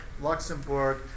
Luxembourg